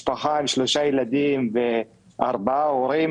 משפחה עם שלושה ילדים וארבעה הורים,